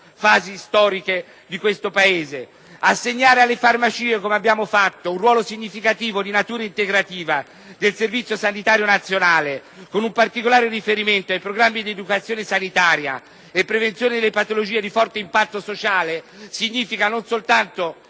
fasi storiche di questo Paese.